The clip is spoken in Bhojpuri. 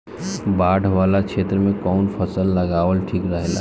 बाढ़ वाला क्षेत्र में कउन फसल लगावल ठिक रहेला?